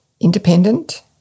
independent